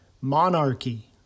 Monarchy